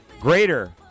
greater